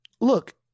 Look